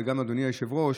וגם לאדוני היושב-ראש,